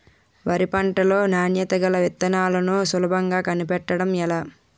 వరి పంట లో నాణ్యత గల విత్తనాలను సులభంగా కనిపెట్టడం ఎలా?